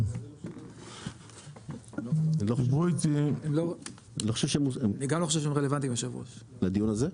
הם דיברו איתי ולא נכנסו לדיון?